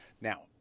Now